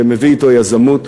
שמביא אתו יזמות,